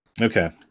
Okay